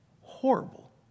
horrible